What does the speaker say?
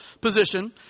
position